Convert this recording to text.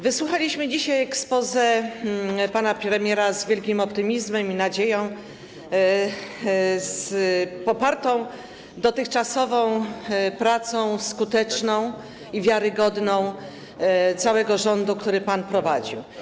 Wysłuchaliśmy dzisiaj exposé pana premiera z wielkim optymizmem i nadzieją popartą dotychczasową skuteczną i wiarygodną pracą całego rządu, który pan prowadził.